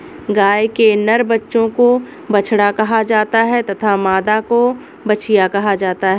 गाय के नर बच्चे को बछड़ा कहा जाता है तथा मादा को बछिया कहा जाता है